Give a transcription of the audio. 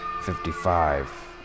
Fifty-five